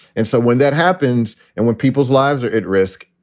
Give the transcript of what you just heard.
and so when that happens and when people's lives are at risk,